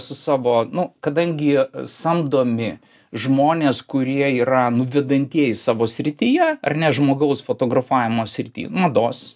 su savo nu kadangi samdomi žmonės kurie yra nu vedantieji savo srityje ar ne žmogaus fotografavimo srity mados